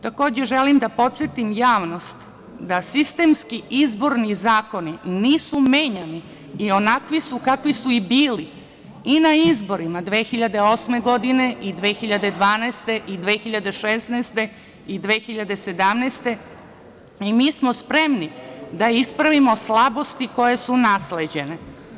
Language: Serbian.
Takođe, želim da podsetim javnost da sistemski izborni zakoni nisu menjani i onakvi su kakvi su i bili i na izborima 2008. godine i 2012. i 2016. i 2017. godine i mi smo spremni da ispravimo slabosti koje su nasleđene.